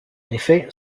effet